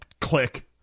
click